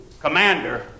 commander